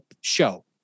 show